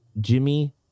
Jimmy